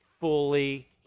fully